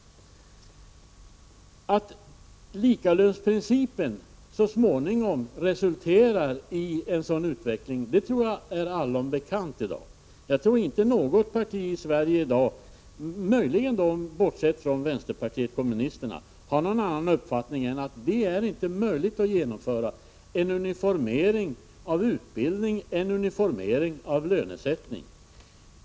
Att likalönsprincipen så småningom resulterar i en sådan utveckling, tror jag är allom bekant i dag. Jag tror inte att något parti i Sverige i dag — möjligen bortsett från vänsterpartiet kommunisterna — har någon annan uppfattning än att det inte är möjligt att genomföra en uniformering av utbildning och lönesättning.